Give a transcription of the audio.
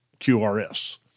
QRS